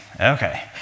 Okay